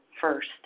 first